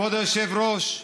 כבוד היושב-ראש,